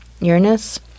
Uranus